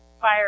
fire